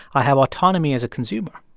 i have autonomy as a consumer